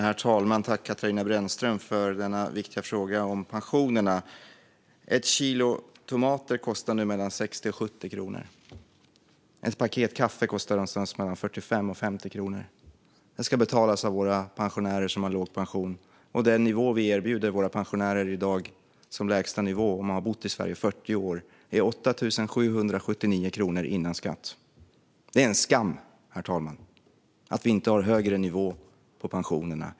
Herr talman! Tack för denna viktiga fråga om pensionerna, Katarina Brännström! Ett kilo tomater kostar nu mellan 60 och 70 kronor. Ett paket kaffe kostar någonstans mellan 45 och 50 kronor. Det ska betalas av våra pensionärer som har låg pension. Den lägstanivå vi erbjuder våra pensionärer i dag, om man har bott i Sverige i 40 år, är 8 779 kronor före skatt. Det är en skam, herr talman, att vi inte har en högre nivå på pensionerna.